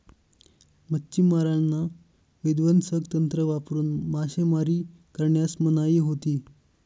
मच्छिमारांना विध्वंसक तंत्र वापरून मासेमारी करण्यास मनाई होती